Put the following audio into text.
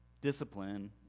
Discipline